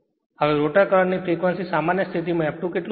હવે rotor current ની frequency સામાન્ય સ્થિતિ માં f2 કેટલું છે